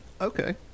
Okay